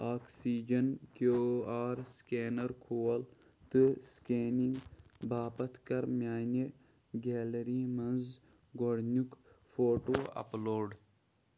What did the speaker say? oxygen Q R scanner کھول تہٕ scanning باپَتھ کَر میٛانہِ گیلری منٛز گۄڈٕنیُک فوٹوٗ اَپ لوڈ